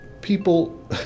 People